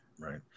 Right